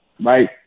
right